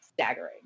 staggering